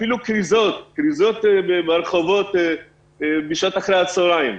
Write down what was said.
אפילו עשינו כריזות ברחובות בשעות אחרי הצוהריים.